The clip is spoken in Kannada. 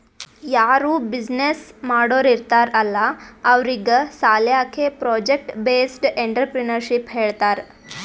ಯಾರೂ ಬಿಸಿನ್ನೆಸ್ ಮಾಡೋರ್ ಇರ್ತಾರ್ ಅಲ್ಲಾ ಅವ್ರಿಗ್ ಸಾಲ್ಯಾಕೆ ಪ್ರೊಜೆಕ್ಟ್ ಬೇಸ್ಡ್ ಎಂಟ್ರರ್ಪ್ರಿನರ್ಶಿಪ್ ಹೇಳ್ತಾರ್